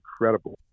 incredible